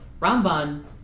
Ramban